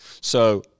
So-